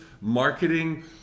marketing